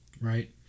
right